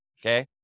Okay